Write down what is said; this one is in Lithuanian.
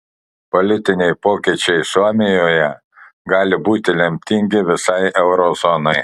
politiniai pokyčiai suomijoje gali būti lemtingi visai euro zonai